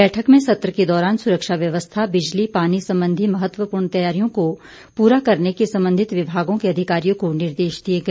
बैठक में सत्र के दौरान सुरक्षा व्यवस्था बिजली पानी संबंधी महत्वपूर्ण तैयारियों को पूरा करने के संबंधित विभागों के अधिकारियों को निर्देश दिए गए